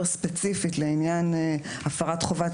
אבל השאלה אם זה דורש להגדיר פה עבירה יותר ספציפית לעניין הפרת חובת